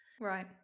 Right